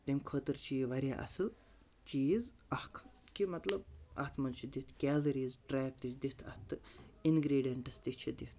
تَمہِ خٲطر چھِ یہِ واریاہ اَصٕل چیٖز اَکھ کہِ مطلب اَتھ منٛز چھِ دِتھ کیلریٖز ٹرٛیک تہِ چھِ دِتھ اَتھ تہٕ اِنگرٛیٖڈنٹٕز تہِ چھِ دِتھ